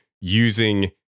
using